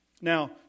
Now